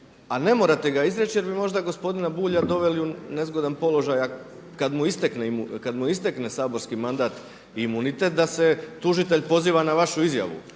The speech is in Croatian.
a ne morate ga izreći jer bi možda gospodina Bulja doveli u nezgodan položaj kada mu istekne saborski mandat i imunitet da se tužitelj poziva na vašu izjavu.